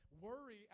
Worry